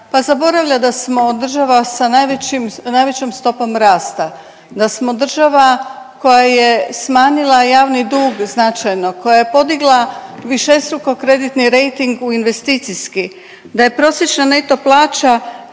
Pa zaboravlja da smo država sa najvećim, najvećom stopom rasta, da smo država koja je smanjila javni dug značajno, koja je podigla višestruko kreditni rejting u investicijski, da je prosječna neto plaća